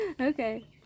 okay